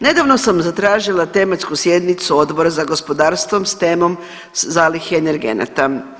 Nedavno sam zatražila tematsku sjednicu Odbora za gospodarstvo s temom zalihe energenata.